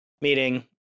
meeting